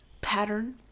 pattern